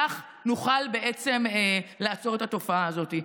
כך נוכל בעצם לעצור את התופעה הזאת.